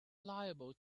liable